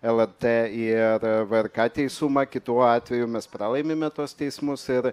lrt ir vrk teisumą kitu atveju mes pralaimime tuos teismus ir